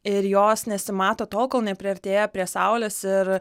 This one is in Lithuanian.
ir jos nesimato tol kol nepriartėja prie saulės ir